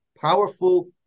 powerful